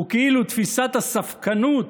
וכאילו תפיסת הספקנות,